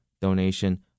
donation